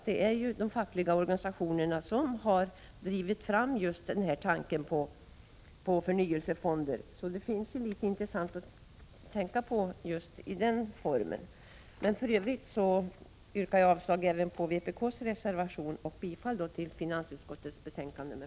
Det är just de fackliga organisationerna som har drivit fram tanken på förnyelsefonder, så det finns en del intressant att tänka på i det sammanhanget. Herr talman! Jag yrkar bifall till finansutskottets hemställan, vilket innebär avslag på både moderaternas reservation och vänsterpartiet kommunisternas reservation.